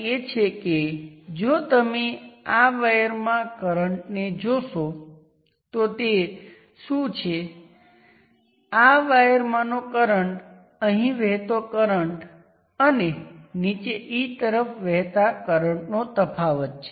તેથી આ Norton resistance RN હોવા બરાબર છે અને તે આ VL દ્વારા ચાલે છે અને તે દિશામાં IL2 ને માપે છે